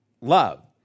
love